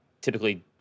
typically